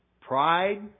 Pride